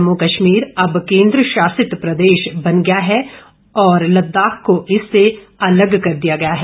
जम्मू कश्मीर अब केंद्र शासित प्रदेश बन गया है और लददाख को इससे अलग कर दिया गया है